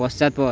পশ্চাৎপদ